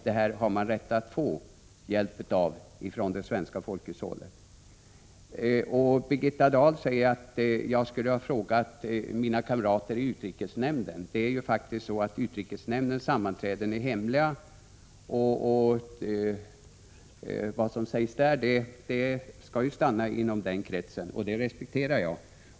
Det här har man rätt att få hjälp med av det svenska folkhushållet. Vidare säger Birgitta Dahl att jag borde ha frågat mina kamrater i utrikesnämnden. Det är ju faktiskt så att utrikesnämndens sammanträden är hemliga, och vad som sägs där skall stanna inom den kretsen. Detta respekterar jag.